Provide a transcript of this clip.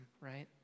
right